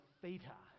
theta